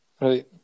Right